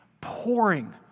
pouring